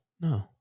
No